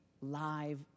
live